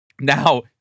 Now